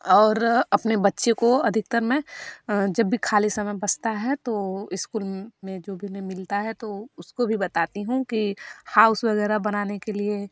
और अपने बच्चे को अधिकतर मैं जब भी खाली समय बचता है तो इस्कूल में जो भी में मिलता है तो उसको भी बताती हूँ कि हाउस वगैरह बनाने के लिए